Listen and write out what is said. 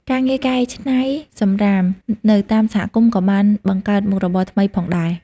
ការងារកែច្នៃសំរាមនៅតាមសហគមន៍ក៏បានបង្កើតមុខរបរថ្មីផងដែរ។